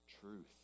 truth